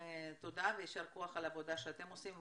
תודה ויישר כוח על העבודה שאתם עושים.